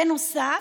בנוסף,